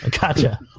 gotcha